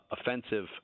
offensive